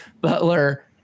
butler